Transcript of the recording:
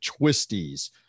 twisties